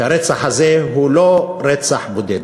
שהרצח הזה הוא לא רצח בודד.